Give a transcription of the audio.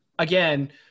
Again